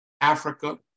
Africa